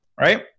right